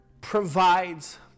provides